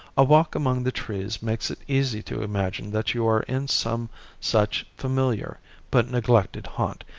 a walk among the trees makes it easy to imagine that you are in some such familiar but neglected haunt,